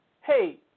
hey